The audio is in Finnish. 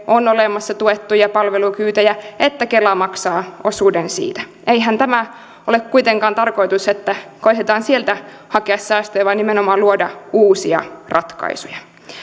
on olemassa tuettuja palvelukyytejä että kela maksaa osuuden siitä eihän tämä ole kuitenkaan tarkoitus että koetetaan sieltä hakea säästöjä vaan nimenomaan luoda uusia ratkaisuja